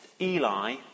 Eli